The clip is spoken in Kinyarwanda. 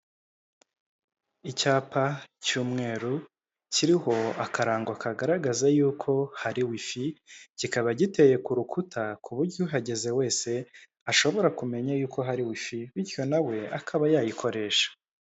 Icyapa cy'umweru kiriho akarango kagaragaza y'uko hari wifi, kikaba giteye ku rukuta ku buryo uhageze wese, ashobora kumenya y'uko hari wifi bityo na we akaba yayikoresha.